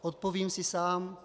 Odpovím si sám.